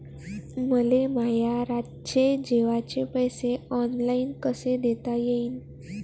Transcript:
मले माया रातचे जेवाचे पैसे ऑनलाईन कसे देता येईन?